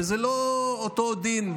זה לא אותו דין,